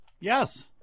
Yes